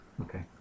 Okay